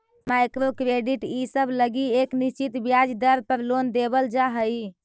micro credit इसब लगी एक निश्चित ब्याज दर पर लोन देवल जा हई